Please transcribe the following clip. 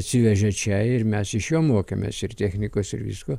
atsivežė čia ir mes iš jo mokėmės ir technikos ir visko